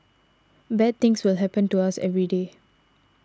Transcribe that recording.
bad things will happen to us every day